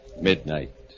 Midnight